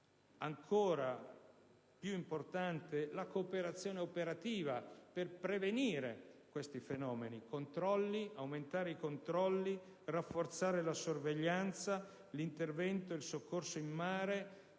Ancora più importante è la cooperazione operativa per prevenire questi fenomeni: aumentare i controlli, rafforzare la sorveglianza, l'intervento e il soccorso sia in mare